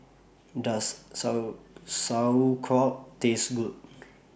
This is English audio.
Does So Sauerkraut Taste Good